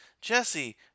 jesse